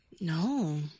No